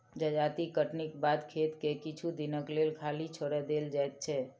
जजाति कटनीक बाद खेत के किछु दिनक लेल खाली छोएड़ देल जाइत छै